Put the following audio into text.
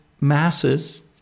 masses